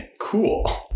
cool